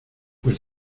pues